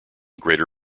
greater